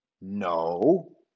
No